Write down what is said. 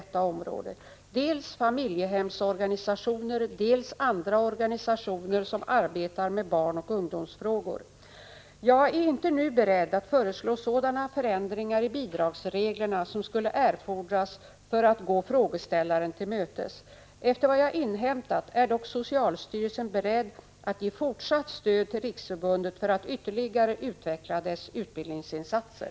1985/86:27 detta område, dels familjehemsorganisationer, dels andra organisationer 14 november 1985 som arbetar med barnoch ungdomsfrågor. RETT SSR STL GE, Jag är inte nu beredd att föreslå sådana förändringar i bidragsreglerna som skulle erfordras för att gå frågeställaren till mötes. Efter vad jag inhämtat är dock socialstyrelsen beredd att ge fortsatt stöd till riksförbundet för att ytterligare utveckla dess utbildningsinsatser.